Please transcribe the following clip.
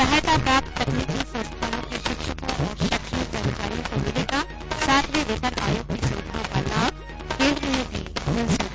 सहायता प्राप्त तकनीकी संस्थानों के शिक्षकों और शैक्षणिक कर्मचारियों को मिलेगा सातवें वेतन आयोग की सुविधाओं का लाभ केन्द्र ने दी मंजूरी